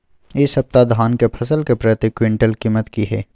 इ सप्ताह धान के फसल के प्रति क्विंटल कीमत की हय?